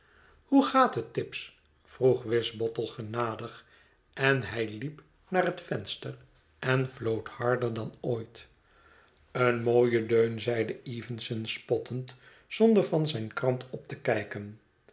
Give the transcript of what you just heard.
hoe gaat het tibbs vroeg wisbottle genadig en hij liep naar het venster en floot harder dan ooit een mooie deun zeide evenson spottend zonder van zijn krant op te kijken